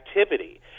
activity